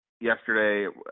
yesterday